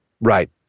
Right